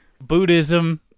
Buddhism